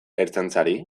ertzaintzari